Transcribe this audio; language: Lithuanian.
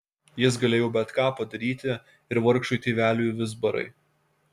jis galėjo bet ką padaryti ir vargšui tėveliui vizbarai